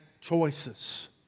choices